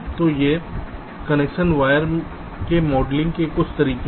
तो ये interconnection wire के मॉडलिंग के कुछ तरीके हैं